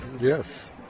Yes